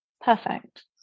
Perfect